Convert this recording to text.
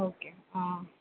okay ஆ